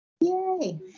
Yay